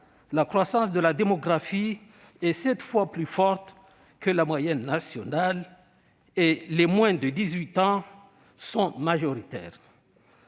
la croissance de la démographie est sept fois plus forte que la moyenne nationale et les moins de 18 ans sont majoritaires.